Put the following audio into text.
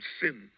sin